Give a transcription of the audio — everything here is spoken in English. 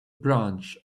branch